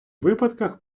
випадках